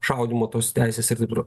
šaudymo tos teisės ir taip toliau